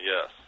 Yes